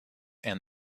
and